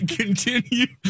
continue